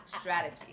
Strategy